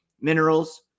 minerals